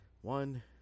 one